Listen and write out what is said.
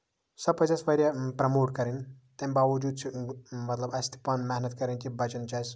سۄ پَزِ اَسہِ واریاہ پرموٹ کَرٕنۍ تَمہِ باؤجوٗد چھُ مطلب اَسہِ تہِ پَنٕنۍ محنت کَرٕنۍ کہِ بَچن چھِ اَسہِ